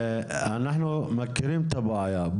אנחנו מכירים את הבעיה,